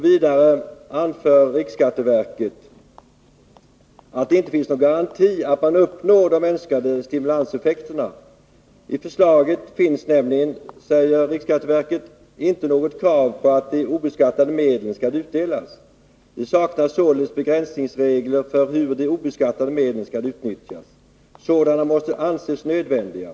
Vidare anför riksskatteverket att det inte finns någon garanti för att man uppnår de önskade stimulanseffekterna. I förslaget finns nämligen, säger riksskatteverket, inte något krav på att de obeskattade medlen skall utdelas. Det saknas således begränsningsregler för hur de obeskattade medlen skall utnyttjas. Sådana måste anses nödvändiga.